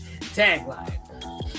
Tagline